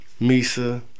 Misa